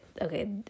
okay